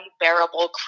unbearable